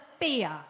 fear